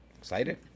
Excited